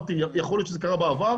יכול להיות שזה קרה בעבר,